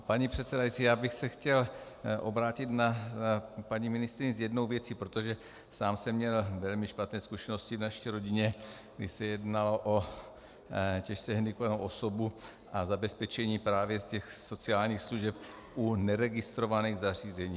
Paní předsedající, já bych se chtěl obrátit na paní ministryni s jednou věcí, protože sám jsem měl velmi špatné zkušenosti v naší rodině, kde se jednalo těžce hendikepovanou osobu a zabezpečení právě těch sociálních služeb u neregistrovaných zařízení.